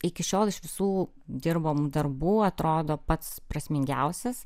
iki šiol iš visų dirbamų darbų atrodo pats prasmingiausias